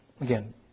Again